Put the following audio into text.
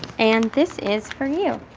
and this is for you.